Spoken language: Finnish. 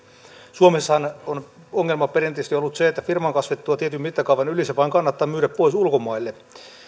suomessahan on ongelma perinteisesti ollut se että firman kasvettua tietyn mittakaavan yli se vain kannattaa myydä pois ulkomaille